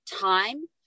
time